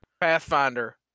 Pathfinder